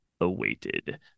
awaited